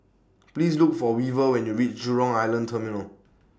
Please Look For Weaver when YOU REACH Jurong Island Terminal